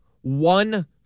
one